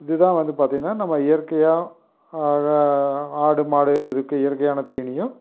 இதுதான் வந்து பார்த்திங்கன்னா நம்ம இயற்கையாக ஆடு மாடு இதுக்கு இயற்கையான தீனியும்